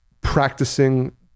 practicing